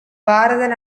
பாரத